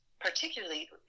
particularly